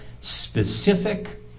Specific